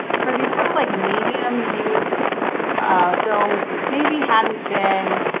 for these sort of like medium use films that maybe hadn't been,